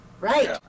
right